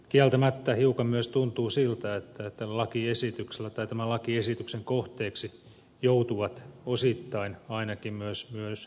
kieltämättä hiukan myös tuntuu siltä että tämän lakiesityksen kohteeksi joutuvat osittain ainakin myös väärät tahot